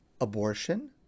abortion